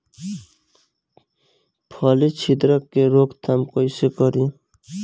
फली छिद्रक के रोकथाम कईसे करी?